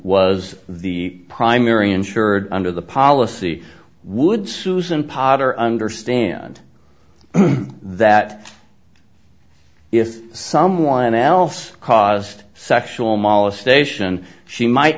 was the primary insured under the policy woods and potter understand that if someone else caused sexual molestation she might